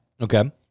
Okay